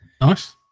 nice